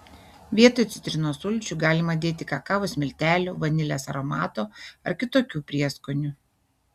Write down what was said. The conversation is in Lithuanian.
vietoj citrinos sulčių galima dėti kakavos miltelių vanilės aromato ar kitokių prieskonių